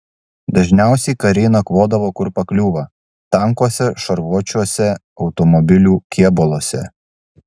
dažniausiai kariai nakvodavo kur pakliūva tankuose šarvuočiuose automobilių kėbuluose